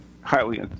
highly